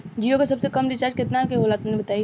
जीओ के सबसे कम रिचार्ज केतना के होला तनि बताई?